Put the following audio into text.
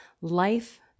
life